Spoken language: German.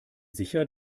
sicher